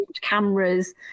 cameras